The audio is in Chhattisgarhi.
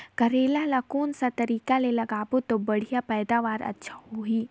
करेला ला कोन सा तरीका ले लगाबो ता बढ़िया पैदावार अच्छा होही?